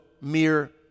mere